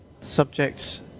Subjects